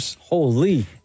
Holy